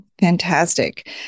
Fantastic